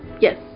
Yes